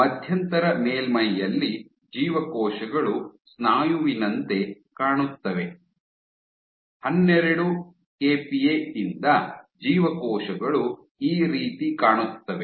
ಮಧ್ಯಂತರ ಮೇಲ್ಮೈಯಲ್ಲಿ ಜೀವಕೋಶಗಳು ಸ್ನಾಯುವಿನಂತೆ ಕಾಣುತ್ತವೆ ಹನ್ನೆರಡು ಕೆಪಿಎ ಯಿಂದ ಜೀವಕೋಶಗಳು ಈ ರೀತಿ ಕಾಣುತ್ತವೆ